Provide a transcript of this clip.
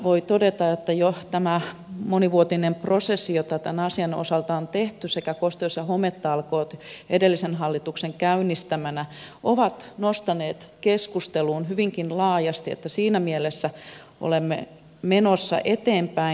voi todeta että jo tämä monivuotinen prosessi jota tämän asian osalta on tehty sekä kosteus ja hometalkoot edellisen hallituksen käynnistämänä ovat nostaneet keskustelun hyvinkin laajasti että siinä mielessä olemme menossa eteenpäin